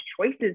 choices